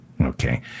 Okay